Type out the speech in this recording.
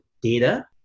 data